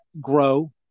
grow